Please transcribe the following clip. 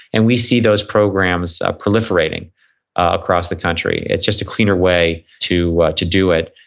and we see those programs proliferating across the country. it's just a cleaner way to to do it.